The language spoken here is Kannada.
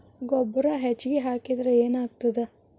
ಗೊಬ್ಬರ ಹೆಚ್ಚಿಗೆ ಹಾಕಿದರೆ ಏನಾಗ್ತದ?